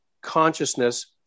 consciousness